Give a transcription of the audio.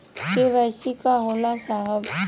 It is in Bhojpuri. के.वाइ.सी का होला साहब?